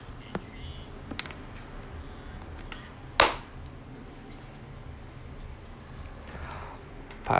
part